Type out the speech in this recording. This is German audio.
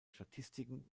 statistiken